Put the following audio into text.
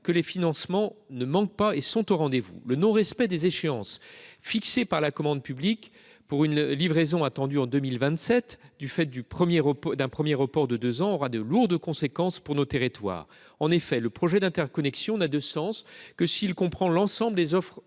que les financements sont au rendez vous. Le non respect des échéances fixées par la commande publique pour une livraison attendue en 2027, du fait d’un premier report de deux ans, aura de lourdes conséquences pour nos territoires. En effet, le projet d’interconnexion n’a de sens que s’il comprend l’ensemble des offres